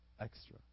extra